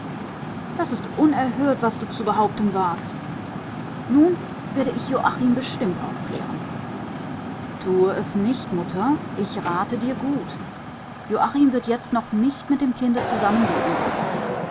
das ist unerhört was du zu behaupten wagst nun werde ich joachim bestimmt aufklären tue es nicht mutter ich rate dir gut joachim wird jetzt noch nicht mit dem kinde zusammenleben wollen